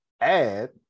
add